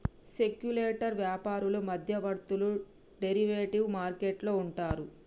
speculators వ్యాపారులు మధ్యవర్తులు derivative market లో ఉంటారు